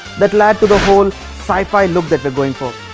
that led to the whole sci-fi look that they're going for!